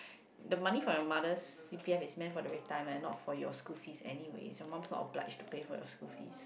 the money from your mother's c_p_f is meant for the retirement not for your school fees anyway is your mum's not obliged to pay for your school fees